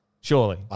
Surely